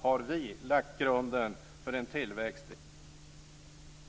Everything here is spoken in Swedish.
har vi lagt grunden för en tillväxt i hela Sverige. Då behövs inga politikerstyrda tillväxtavtal.